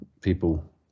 people